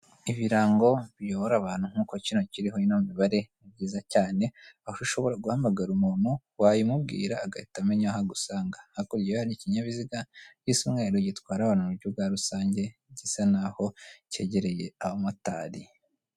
Ibirango biyobora abantu nk'uko kino kiriho imibare, ni byiza cyane ushobora guhamagara umuntu wayimubwira agahita amenya aho agusanga, hakurya yaho hari ikinyabiziga gisa umweru gitwara abantu buryo bwa rusange, gisa naho cyegereye abamotari.